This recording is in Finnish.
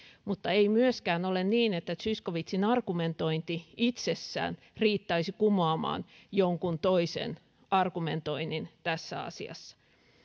mutta ei myöskään ole niin että zyskowiczin argumentointi itsessään riittäisi kumoamaan jonkun toisen argumentoinnin tässä asiassa